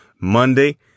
Monday